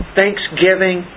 thanksgiving